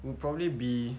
would probably be